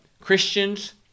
Christians